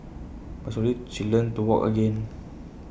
but slowly she learnt to walk again